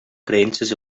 creences